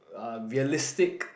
uh realistic